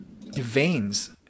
veins